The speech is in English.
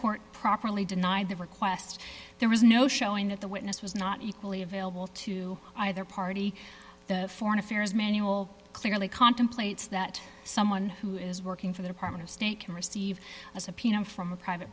court properly denied the request there was no showing that the witness was not equally available to either party foreign affairs manual clearly contemplates that someone who is working for the department of state can receive a subpoena from a private